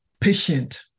patient